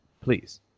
please